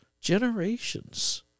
generations